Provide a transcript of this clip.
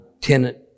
tenant